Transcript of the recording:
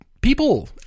people